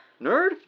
Nerd